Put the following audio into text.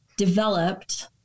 Developed